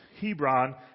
Hebron